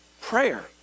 Prayer